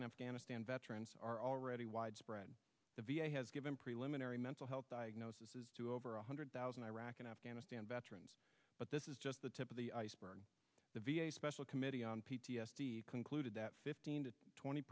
and afghanistan veterans are already widespread the v a has given preliminary mental health diagnosis is to over one hundred thousand iraq and afghanistan veterans but this is the tip of the iceberg the v a special committee on p t s d concluded that fifteen to twenty